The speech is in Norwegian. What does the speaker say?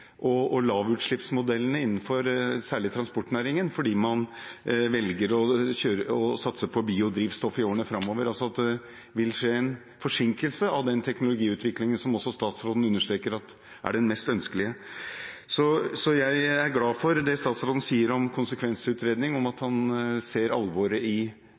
og lavutslippsmodellene innenfor særlig transportnæringen, fordi man velger å satse på biodrivstoff i årene framover, at det altså vil skje en forsinkelse av den teknologiutviklingen som også statsråden understreker er den mest ønskelige. Jeg er glad for det statsråden sier om konsekvensutredning, at han ser alvoret i